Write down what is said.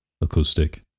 acoustic